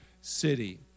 city